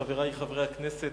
חברי חברי הכנסת,